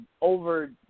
over